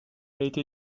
été